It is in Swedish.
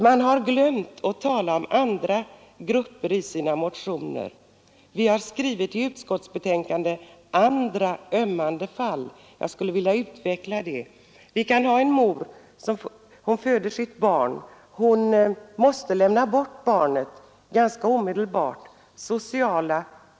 Man har i sina motioner glömt att tala om andra grupper. Vi har skrivit i utskottsbetänkandet ”andra ömmande fall”. Jag skulle vilja utveckla det. En kvinna föder sitt barn men måste av sociala eller ekonomiska skäl lämna bort barnet omedelbart.